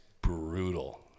brutal